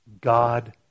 God